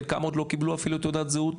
חלקם אפילו עוד לא קיבלו אפילו תעודת זהות,